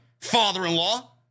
father-in-law